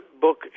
book